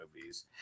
movies